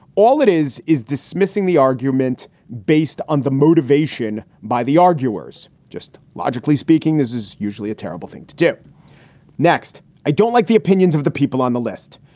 all it is, is dismissing the argument based on the motivation by the arguers. just logically speaking, this is usually a terrible thing to do next. i don't like the opinions of the people on the list.